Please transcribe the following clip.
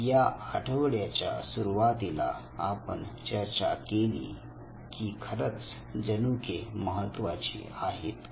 या आठवड्याच्या सुरुवातीला आपण चर्चा केली की खरंच जनुके महत्त्वाची आहेत का